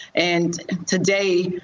and today,